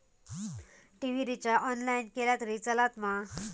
TV recharge online केला तरी चलात मा?